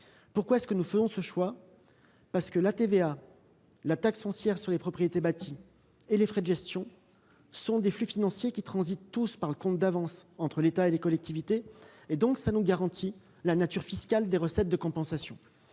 Nous avons fait ce choix, car la TVA, la taxe foncière sur les propriétés bâties et les frais de gestion sont des flux financiers qui transitent par le compte d'avance entre l'État et les collectivités. Cela nous garantit la nature fiscale des recettes de compensation.